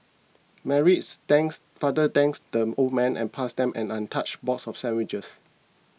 Mary's thanked father thanked the old man and passed them an untouched box of sandwiches